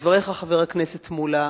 דבריך, חבר הכנסת מולה,